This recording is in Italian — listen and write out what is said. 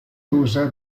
usa